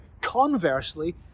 conversely